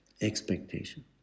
expectation